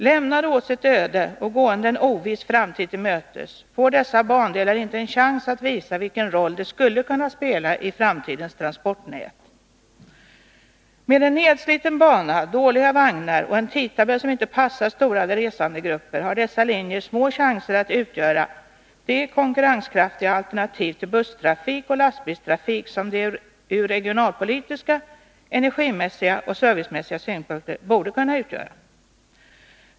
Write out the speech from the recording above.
Lämnade åt sitt öde och gående en oviss framtid till mötes får dessa bandelar inte en chans att visa vilken roll de skulle kunna spela i framtidens transportnät. Med en nedsliten bana, dåliga vagnar och en tidtabell som inte passar stora resandegrupper har dessa linjer små chanser att utgöra det konkurrenskraftiga alternativ till busstrafik och lastbilstrafik som de från regionalpolitiska, energimässiga och servicemässiga synpunkter borde kunna utgöra.